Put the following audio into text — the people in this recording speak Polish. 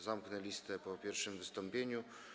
Zamknę listę po pierwszym wystąpieniu.